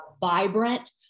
vibrant